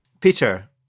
Peter